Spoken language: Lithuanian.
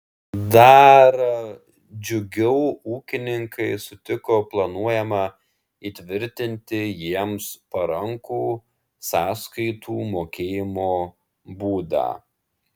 dar džiugiau ūkininkai sutiko planuojamą įtvirtinti jiems parankų sąskaitų mokėjimo būdą